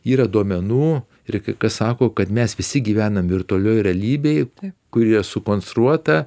yra duomenų ir kas sako kad mes visi gyvenam virtualioj realybėj kur ji sukonstruota